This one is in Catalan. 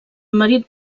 marit